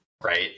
Right